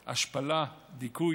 השפלה, דיכוי,